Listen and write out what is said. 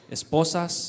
esposas